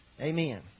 Amen